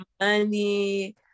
money